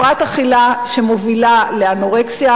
הפרעת אכילה שמובילה לאנורקסיה,